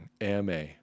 AMA